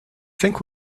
think